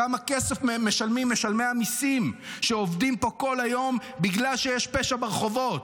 כמה כסף משלמים משלמי המיסים שעובדים פה כל היום בגלל שיש פשע ברחובות.